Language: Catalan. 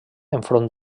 enfront